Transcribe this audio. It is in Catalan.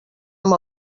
amb